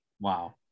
Wow